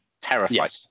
terrified